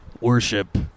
Worship